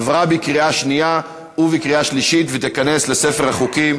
עברה בקריאה שנייה ובקריאה שלישית ותיכנס לספר החוקים